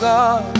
God